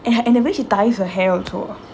and and the way she ties her hair also